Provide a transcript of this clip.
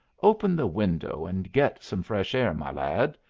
open the window and get some fresh air, my lad.